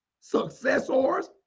successors